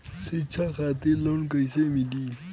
शिक्षा खातिर लोन कैसे मिली?